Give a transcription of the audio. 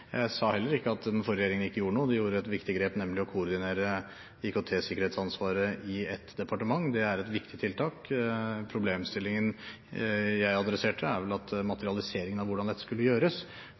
Jeg sa heller ikke at den forrige regjeringen ikke gjorde noe. Den gjorde et viktig grep, nemlig å koordinere IKT-sikkerhetsansvaret i et departement. Det er et viktig tiltak. Problemstillingen jeg adresserte, er vel at materialiseringen av hvordan dette skulle gjøres,